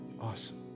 awesome